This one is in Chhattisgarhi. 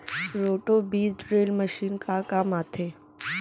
रोटो बीज ड्रिल मशीन का काम आथे?